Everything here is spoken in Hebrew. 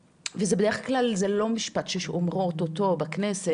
ובדרך כלל זה לא משפט שאנחנו אומרות אותו בכנסת,